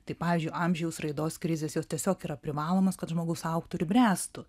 tai pavyzdžiui amžiaus raidos krizės jos tiesiog yra privalomos kad žmogus augtų ir bręstų